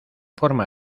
forma